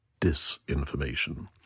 disinformation